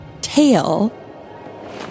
tail